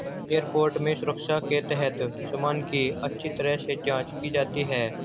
airport में सुरक्षा के तहत सामान की अच्छी तरह से जांच की जाती है